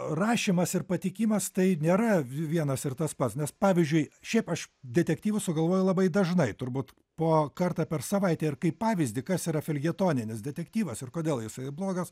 rašymas ir patikimas tai nėra vienas ir tas pats nes pavyzdžiui šiaip aš detektyvus sugalvojau labai dažnai turbūt po kartą per savaitę ir kaip pavyzdį kas yra feljetoninis detektyvas ir kodėl jisai blogas